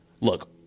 look